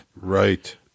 right